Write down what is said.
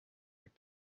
like